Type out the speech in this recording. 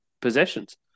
possessions